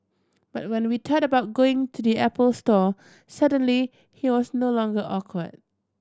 but when we thought about going to the Apple store suddenly he was no longer awkward